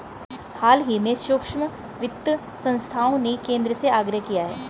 हाल ही में सूक्ष्म वित्त संस्थाओं ने केंद्र से आग्रह किया है